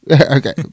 Okay